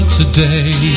today